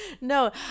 No